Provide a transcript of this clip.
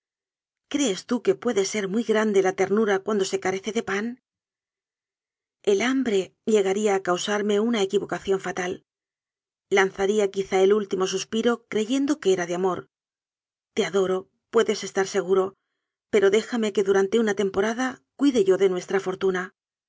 crees tú que puede ser muy grande la ternura cuando se carece de pan el hambre llegaría a causarme una equivocación fatal lanzaría quiza el último suspiro creyendo que era de amor te adoro puedes estar seguro pero déjame que durante una temporada cuide yo nuestra fortuna